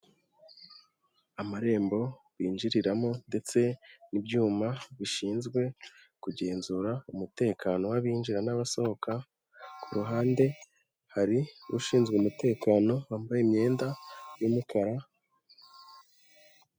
Amarembo, binjiriramo ndetse n'ibyuma, bishinzwe kugenzura umutekano w'abinjira n'abasohoka. Ku ruhande, hari, ushinzwe umutekano, wambaye imyenda y'umukara.